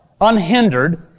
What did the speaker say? unhindered